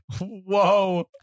Whoa